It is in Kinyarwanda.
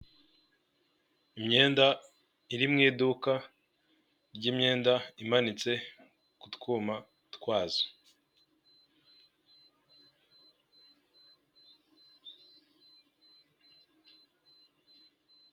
Imyenda iri mu iduka ry'imyenda imanitse ku twuma twazo.